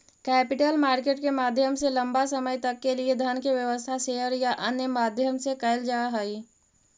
capital market के माध्यम से लंबा समय तक के लिए धन के व्यवस्था शेयर या अन्य माध्यम से कैल जा हई